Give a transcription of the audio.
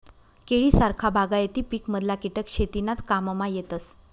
केळी सारखा बागायती पिकमधला किटक शेतीनाज काममा येतस